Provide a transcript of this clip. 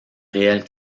réelle